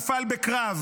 שהוא נפל בקרב.